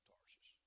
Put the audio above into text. Tarsus